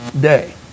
day